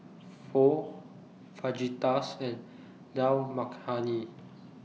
Pho Fajitas and Dal Makhani